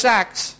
acts